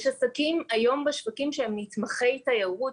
יש עסקים בשווקים שהם נתמכי תיירות